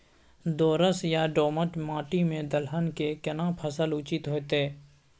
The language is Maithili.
दोरस या दोमट माटी में दलहन के केना फसल उचित होतै?